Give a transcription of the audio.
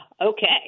okay